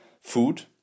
food